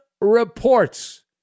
reports